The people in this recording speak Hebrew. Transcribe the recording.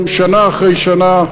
שנה אחרי שנה,